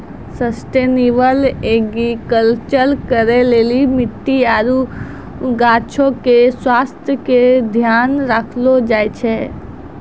sustainable agriculture करै लेली मट्टी आरु गाछो के स्वास्थ्य के ध्यान राखलो जाय छै